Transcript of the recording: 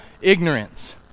ignorance